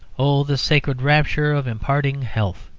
oh, the sacred rapture of imparting health!